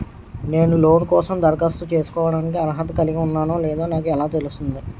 నేను లోన్ కోసం దరఖాస్తు చేసుకోవడానికి అర్హత కలిగి ఉన్నానో లేదో నాకు ఎలా తెలుస్తుంది?